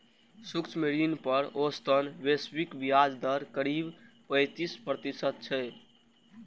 सूक्ष्म ऋण पर औसतन वैश्विक ब्याज दर करीब पैंतीस प्रतिशत छै